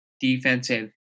defensive